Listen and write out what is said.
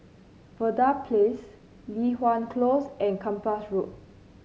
Verde Place Li Hwan Close and Kempas Road